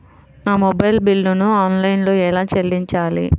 నా మొబైల్ బిల్లును ఆన్లైన్లో ఎలా చెల్లించాలి?